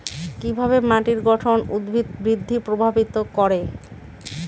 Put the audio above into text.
কিভাবে মাটির গঠন উদ্ভিদ বৃদ্ধি প্রভাবিত করে?